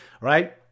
right